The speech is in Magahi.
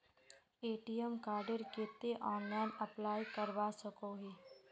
ए.टी.एम कार्डेर केते ऑनलाइन अप्लाई करवा सकोहो ही?